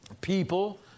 people